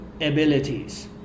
abilities